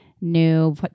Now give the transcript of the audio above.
new